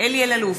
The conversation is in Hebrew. אלי אלאלוף,